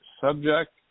subject